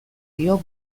dio